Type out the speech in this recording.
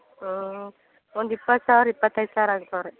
ಹ್ಞೂ ಒಂದು ಇಪ್ಪತ್ತು ಸಾವಿರ ಇಪ್ಪತ್ತೈದು ಸಾವಿರ ಆಗತ್ತೆ ನೋಡ್ರಿ